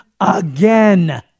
again